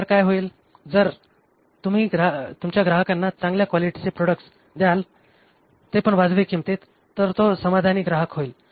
तर काय होईल जर तुम्ही तुमच्या ग्राहकांना चांगल्या क्वालिटीचे प्रॉडक्ट द्याल ते पण वाजवी किंमतीत तर तो समाधानी ग्राहक होईल